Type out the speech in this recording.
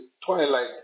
twilight